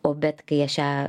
o bet kai aš ją